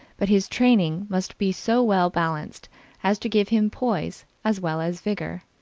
but his training must be so well balanced as to give him poise as well as vigor.